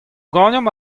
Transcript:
ganeomp